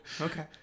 Okay